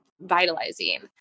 vitalizing